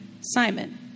Simon